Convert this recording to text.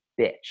bitch